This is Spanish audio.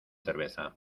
cerveza